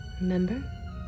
Remember